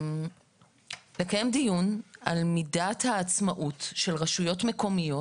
לקיים דיון על מידת העצמאות של רשויות מקומיות